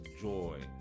joy